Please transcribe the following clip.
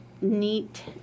neat